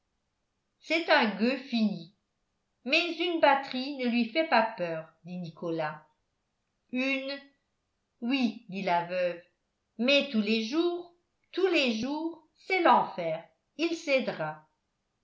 c'est un gueux fini mais une batterie ne lui fait pas peur dit nicolas une oui dit la veuve mais tous les jours tous les jours c'est l'enfer il